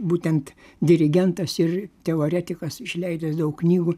būtent dirigentas ir teoretikas išleidęs daug knygų